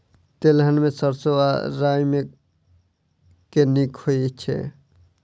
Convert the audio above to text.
तेलहन मे सैरसो आ राई मे केँ नीक होइ छै?